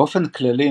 באופן כללי,